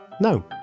No